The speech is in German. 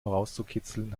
herauszukitzeln